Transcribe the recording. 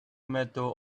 medal